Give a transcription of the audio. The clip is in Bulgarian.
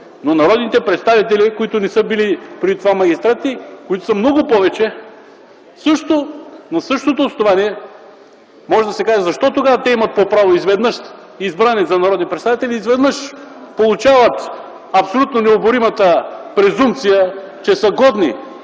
Но народните представители, които не са били преди това магистрати, които са много повече, на същото основание, може да се каже – защо тогава те имат по право? Изведнъж избрани за народни представители и получават абсолютно необоримата презумпция, че са годни